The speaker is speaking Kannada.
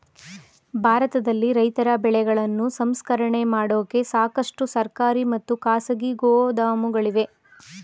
ಭಾರತದಲ್ಲಿ ರೈತರ ಬೆಳೆಗಳನ್ನು ಸಂಸ್ಕರಣೆ ಮಾಡೋಕೆ ಸಾಕಷ್ಟು ಸರ್ಕಾರಿ ಮತ್ತು ಖಾಸಗಿ ಗೋದಾಮುಗಳಿವೆ